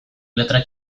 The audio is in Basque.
letra